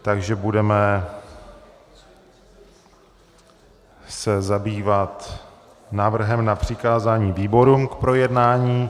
Takže se budeme zabývat návrhem na přikázání výborům k projednání.